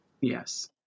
yes